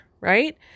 right